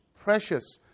precious